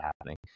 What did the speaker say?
happening